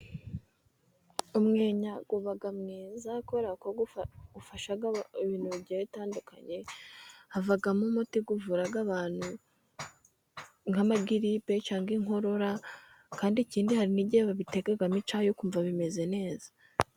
Umwenya uba mwiza kubera ko ufasha ibintu bigiye bitandukanye， havamo umuti uvura abantu， nk'amagiripe， cyangwa inkorora，kandi ikindi hari n'igihe babitekamo icyayi， ukumva bimeze neza.